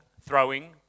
throwing